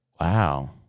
Wow